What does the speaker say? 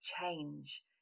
change